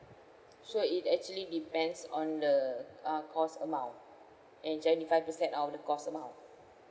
so it actually depends on the uh course amount and seventy five percent of the course amount